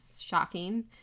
shocking